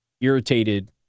irritated